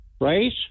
right